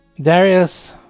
darius